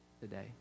today